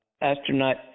Astronaut